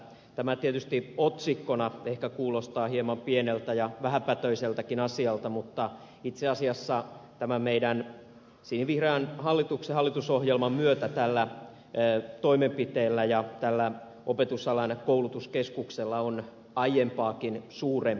tämä tietysti otsikkona ehkä kuulostaa hieman pieneltä ja vähäpätöiseltäkin asialta mutta itse asiassa tämän meidän sinivihreän hallituksen hallitusohjelman myötä tällä toimenpiteellä ja opetusalan koulutuskeskuksella on aiempaakin suurempi rooli